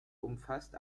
umfasst